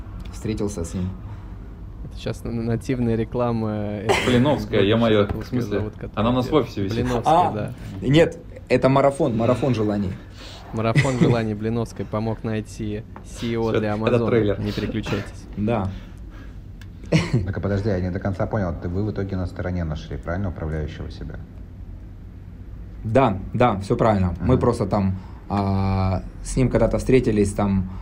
встретился с ним. Это сейчас н- нативная реклама, э, Блиновская, этого ё-моё, человека. в Вот как её смысле? зовут, Она у которая нас в делает? офисе висит. Блиновская, А, да. нет, это марафон, марафон желаний. Марафон желаний Блиновской помог найти CEO для Это Амазона. трейлер. Не переключайтесь. Да. Так, а подожди, я не до конца понял. Ты, вы в итоге на стороне нашли, правильно, управляющего себя? Да, да, всё правильно. Мы Мгм. просто там, а, с ним когда-то встретились, там,